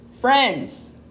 Friends